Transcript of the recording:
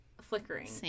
flickering